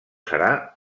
serà